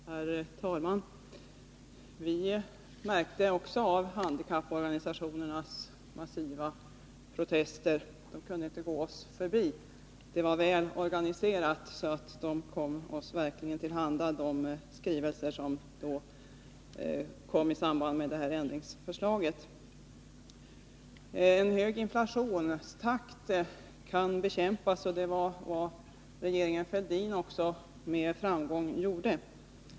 Herr talman! Också vi var väl medvetna om handikapporganisationernas massiva protester. De kunde inte gå oss förbi. Det hela var väl organiserat, så skrivelserna i samband med ändringsförslaget kom oss till handa. En hög inflationstakt kan bekämpas, och det var vad regeringen Fälldin med framgång gjorde.